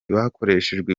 bakoreshejwe